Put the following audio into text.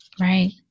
Right